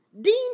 Dean